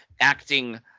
acting